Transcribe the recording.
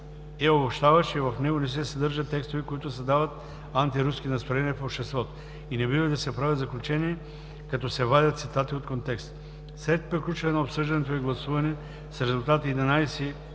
обобщаващ и в него не се съдържат текстове, които създават антируски настроения в обществото. И не бива да се правят заключения като се вадят цитати от контекста. След приключване на обсъждането и гласуване с резултати: 11